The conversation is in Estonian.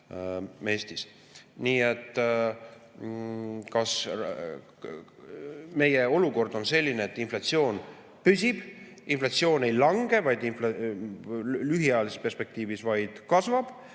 et meie olukord on selline, et inflatsioon püsib, inflatsioon ei lange, vaid lühiajalises perspektiivis kasvab